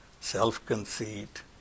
self-conceit